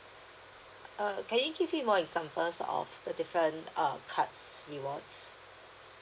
uh can you give me more examples of the different uh cards rewards